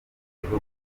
gihugu